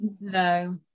no